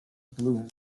balloon